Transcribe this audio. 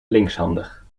linkshandig